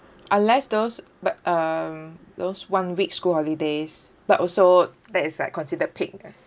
unless those but um those one week school holidays but also that is like considered peak ah